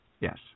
Yes